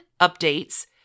updates